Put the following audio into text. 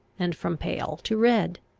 and from pale to red.